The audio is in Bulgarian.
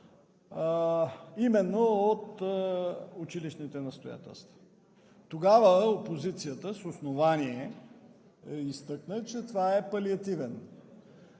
именно от училищните настоятелства. Тогава опозицията с основание изтъкна, че това е палиативно